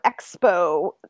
Expo